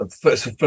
First